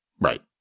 Right